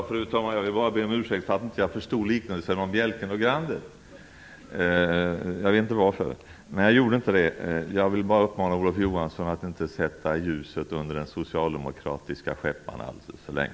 Fru talman! Jag vill be om ursäkt för att jag inte förstod liknelsen om bjälken och grandet. Jag vet inte varför, men jag gjorde inte det. Jag vill bara uppmana Olof Johansson att inte sätta ljuset under den socialdemokratiska skäppan alldeles för länge.